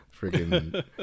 Freaking